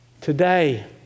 Today